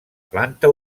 planta